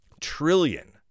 trillion